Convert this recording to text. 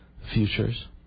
futures